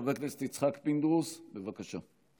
חבר הכנסת יצחק פינדרוס, בבקשה.